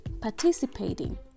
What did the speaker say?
participating